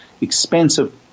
expensive